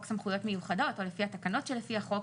סמכויות מיוחדות או לפי התקנות שלפי החוק